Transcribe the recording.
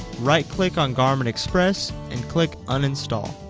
right-click on garmin express and click uninstall